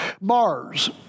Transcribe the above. Mars